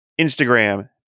Instagram